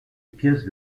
pièces